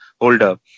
holder